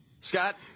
Scott